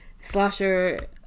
Slasher